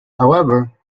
however